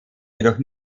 jedoch